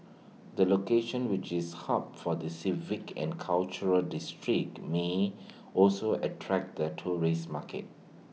the location which is hub for the civic and cultural district may also attract the tourist market